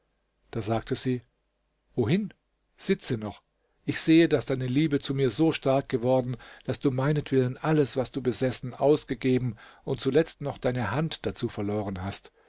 da sagte sie wohin sitze noch ich sehe daß deine liebe zu mir so stark geworden daß du meinetwillen alles was du besessen ausgegeben und zuletzt noch deine hand dazu verloren hast